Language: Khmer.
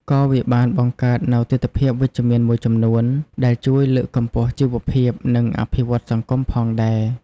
ក៏វាបានបង្កើតនូវទិដ្ឋភាពវិជ្ជមានមួយចំនួនដែលជួយលើកកម្ពស់ជីវភាព និងអភិវឌ្ឍន៍សង្គមផងដែរ។